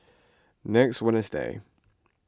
next wednesday